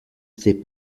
ses